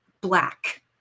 black